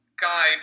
guide